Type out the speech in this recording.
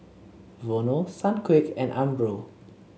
Vono Sunquick and Umbro